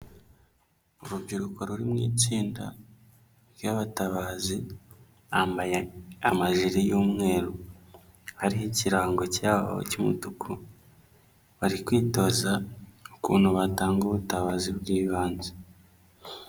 Urubyiruko ruri mu itsinda ry'abatabazi, bambaye amajire y'umweru, hariho ikirango cy'umutuku, bari kwitoza ukuntu batanga ubutabazi bw'ibanze.